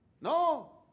No